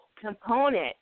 component